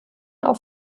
auf